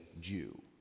Jew